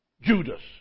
Judas